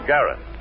Garrett